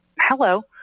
Hello